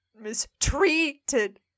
Mistreated